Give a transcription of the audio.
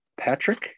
Patrick